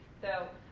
so